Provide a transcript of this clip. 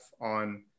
on